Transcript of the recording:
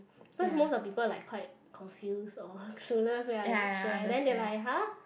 cause most of people like quite confused or clueless one not sure then they were like !huh!